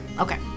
Okay